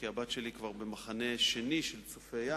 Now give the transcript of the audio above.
כי הבת שלי נמצאת כבר במחנה שני של צופי-ים,